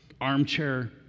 Armchair